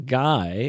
guy